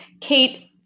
Kate